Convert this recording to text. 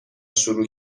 شروع